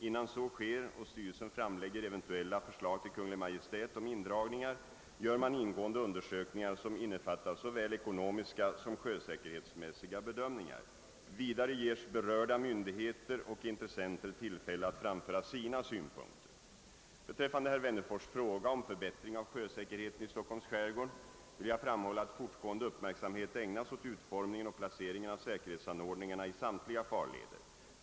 Innan så sker och styrelsen framlägger eventuella förslag till Kungl. Maj:t om indragningar gör man ingående undersökningar, som innefattar såväl ekonomiska som sjösäkerhetsmässiga bedömningar. Vidare ges berörda myndigheter och intressenter tillfälle att framföra sina synpunkter. Beträffande herr Wennerfors” fråga om förbättring av sjösäkerheten i Stockholms skärgård vill jag framhålla att fortgående uppmärksamhet ägnas åt utformningen och placeringen av säkerhetsanordningarna i samtliga farleder.